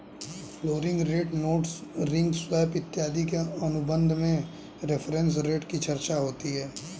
floating rate notes ring swap इत्यादि के अनुबंध में रेफरेंस रेट की चर्चा होती है